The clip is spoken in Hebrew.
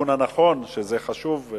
בכיוון הנכון, שזה חשוב.